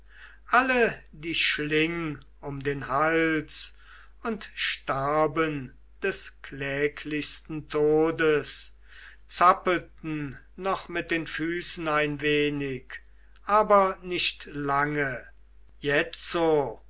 alle die schling um den hals und starben des kläglichsten todes zappelten noch mit den füßen ein wenig aber nicht lange jetzo